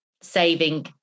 saving